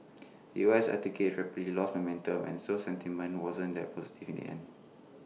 U S equities rapidly lost momentum and so sentiment wasn't that positive in the end